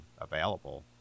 available